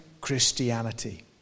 Christianity